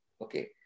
okay